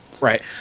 Right